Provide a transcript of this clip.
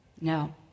No